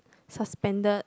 suspended